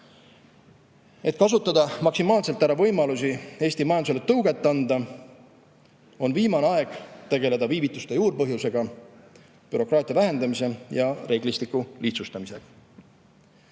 Et kasutada maksimaalselt ära võimalusi Eesti majandusele tõuget anda, on viimane aeg tegelda viivituste juurpõhjustega, bürokraatia vähendamise ja reeglistiku lihtsustamisega.